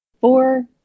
Four